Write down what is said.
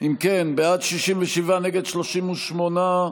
כן, בעד, 67, נגד, 38,